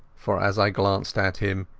for as i glanced at him,